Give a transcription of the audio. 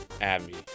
Abby